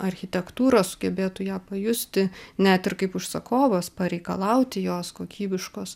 architektūrą sugebėtų ją pajusti net ir kaip užsakovas pareikalauti jos kokybiškos